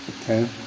Okay